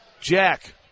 Jack